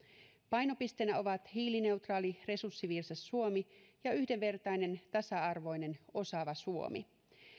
painopisteinä ovat hiilineutraali ja resurssiviisas suomi sekä yhdenvertainen tasa arvoinen ja osaava suomi